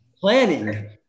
Planning